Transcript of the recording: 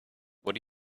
what